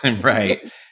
Right